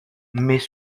mais